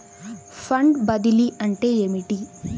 Fund బదిలీ అంటే ఏమిటి?